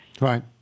Right